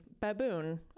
baboon